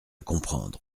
comprendre